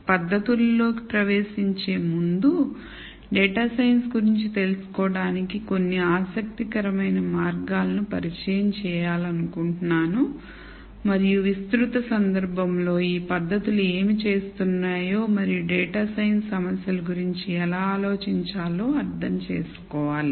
మనం పద్ధతుల లోకి ప్రవేశించే ముందు డేటా సైన్స్ గురించి తెలుసుకోటానికి కొన్ని ఆసక్తికరమైన మార్గాలను పరిచయం చేయాలనుకుంటున్నాను మరియు విస్తృత సందర్భంలో ఈ పద్ధతులు ఏమి చేస్తున్నాయో మరియు డేటా సైన్స్ సమస్యల గురించి ఎలా ఆలోచించాలో అర్థం చేసుకోవాలి